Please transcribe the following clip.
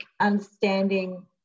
understanding